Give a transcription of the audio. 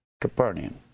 Capernaum